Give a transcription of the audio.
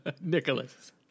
Nicholas